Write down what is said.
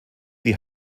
die